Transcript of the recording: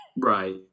Right